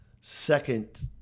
second